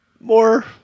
more